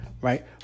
right